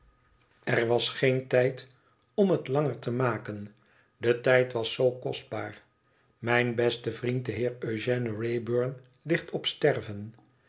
er was geen tijd om het langer te maken de tijd was zoo kostbaar mijn beste vriend de heer ëugène wraybum ligt op sterven